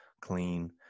clean